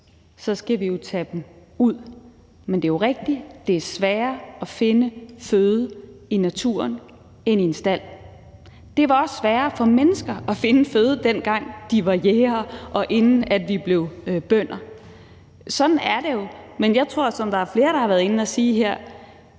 skal vi jo tage dem ud. Men det er rigtigt, at det er sværere at finde føde i naturen end i en stald. Det var også sværere for mennesker at finde føde, dengang vi var jægere, inden vi blev bønder. Sådan er det jo. Men dyrene har jo til gengæld deres frihed, og jeg tror,